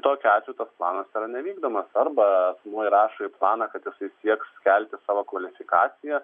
tokiu atveju tas planas yra nevykdomas arba asmuo įrašo į planą kad sieks kelti savo kvalifikaciją